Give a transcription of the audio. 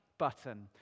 button